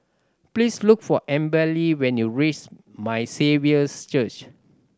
please look for Amberly when you reach My Saviour's Church